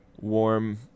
Warm